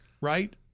right